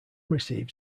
received